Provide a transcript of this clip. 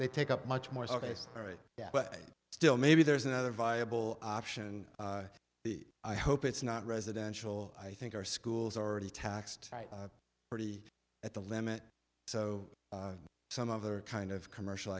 they take up much more space all right but still maybe there's another viable option the i hope it's not residential i think our schools already taxed pretty at the limit so some other kind of commercial